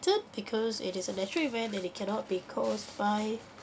because it is a natural event and it cannot be caused by